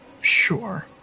Sure